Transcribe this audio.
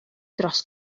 dros